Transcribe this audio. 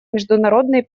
международной